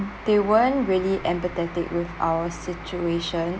they weren't really empathetic with our situation